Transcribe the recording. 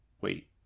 Wait